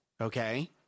Okay